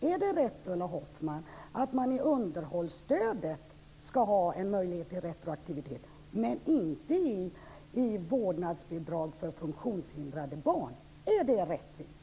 Är det rätt, Ulla Hoffmann, att man i underhållsstödet ska ha en möjlighet till retroaktivitet men inte i vårdnadsbidraget för funktionshindrade barn? Är det rättvist?